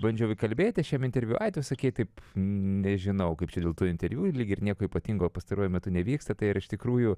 bandžiau įkalbėti šiam interviu ai tu sakei taip nežinau kaip čia dėl to interviu lyg ir nieko ypatingo pastaruoju metu nevyksta tai ar iš tikrųjų